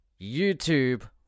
youtube